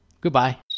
goodbye